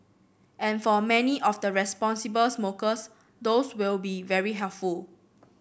and for many of the responsible smokers those will be very helpful